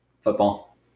Football